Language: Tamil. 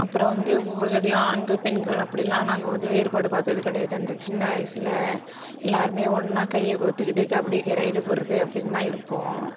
அப்புறம் வந்து ஒவ்வொரு தடவையும் ஆண்கள் பெண்கள் அப்படின்லான் நாங்கள் வந்து வேறுபாடு பார்த்தது கிடையாது அந்த சின்ன வயதில் எல்லோருமே ஒன்றா கையை கோர்த்துகிட்டு கபடிக்கு ரைடு போகிறது அப்படின்தான் இருப்போம்